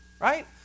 right